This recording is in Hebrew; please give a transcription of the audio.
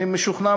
אני משוכנע,